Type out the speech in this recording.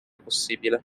possibile